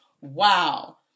Wow